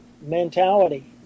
mentality